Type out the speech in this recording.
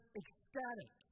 ecstatic